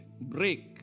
Break